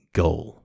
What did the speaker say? goal